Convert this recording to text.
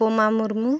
Puma Murmu